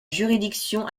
juridiction